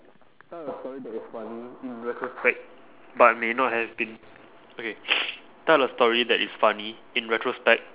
tell a story that is funny in retrospect but may not have been okay tell a story that is funny in retrospect